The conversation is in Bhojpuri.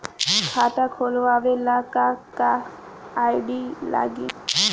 खाता खोलाबे ला का का आइडी लागी?